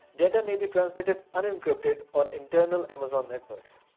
data may be transmitted unencrypted on internal amazon networks.